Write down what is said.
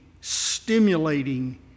stimulating